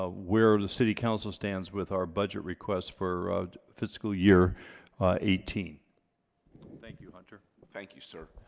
ah where the city council stands with our budget request for fiscal year eighteen thank you hunter. thank you sir